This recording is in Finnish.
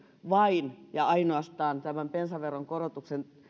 vain ja ainoastaan aina silloin tämän bensaveron korotuksen